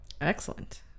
Excellent